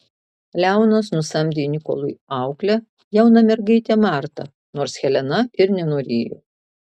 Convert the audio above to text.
leonas nusamdė nikolui auklę jauną mergaitę martą nors helena ir nenorėjo